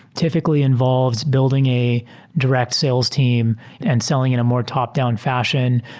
typically involves building a direct sales team and selling in a more top-down fashion.